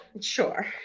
sure